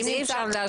ילדים אי אפשר להשוות.